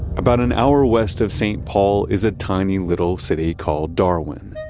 about an hour west of st. paul is a tiny little city called darwin.